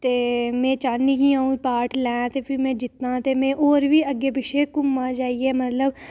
ते में चाह्न्नीं कि में पार्ट लैं ते में जित्तां ते होर बी अग्गें पिच्छें घुम्मां ते मतलब